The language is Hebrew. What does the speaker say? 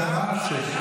אבל שם.